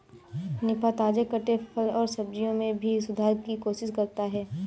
निफा, ताजे कटे फल और सब्जियों में भी सुधार की कोशिश करता है